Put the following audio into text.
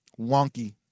wonky